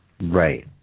Right